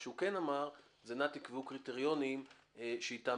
מה שהוא כן אמר זה נא תקבעו קריטריונים שאתם